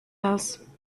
house